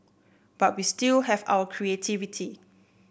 but we still have our creativity